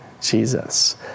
Jesus